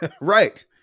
Right